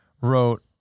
wrote